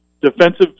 Defensive